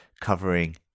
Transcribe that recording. covering